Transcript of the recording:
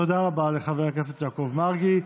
תודה רבה לחבר הכנסת יעקב מרגי.